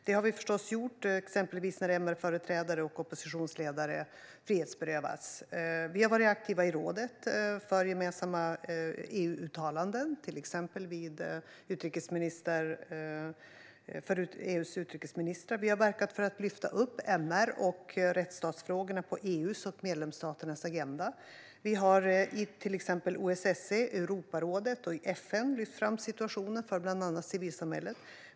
Det har vi förstås gjort, till exempel när MR-företrädare och oppositionsledare har frihetsberövats. Vi har varit aktiva i rådet för gemensamma EU-uttalanden för EU:s utrikesministrar. Vi har verkat för att lyfta upp MR och rättsstatsfrågorna på EU:s och medlemsstaternas agenda. Vi har i exempelvis OSSE, Europarådet och FN lyft fram situationen för bland annat civilsamhället.